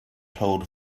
told